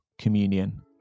communion